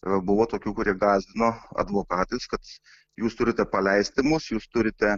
buvo tokių kurie gąsdino advokatais kad jūs turite paleisti mus jūs turite